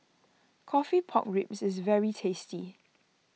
Coffee Pork Ribs is very tasty